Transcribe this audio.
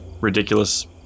ridiculous